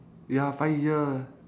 ya five year